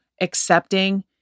accepting